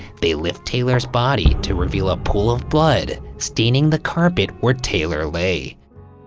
they lift taylor's body to reveal a pool of blood staining the carpet where taylor lay.